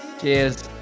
cheers